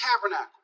tabernacle